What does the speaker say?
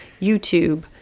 YouTube